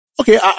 Okay